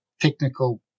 technical